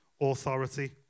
authority